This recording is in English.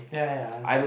ya ya ya I understand